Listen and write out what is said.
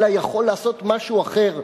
אלא יכול לעשות משהו אחר,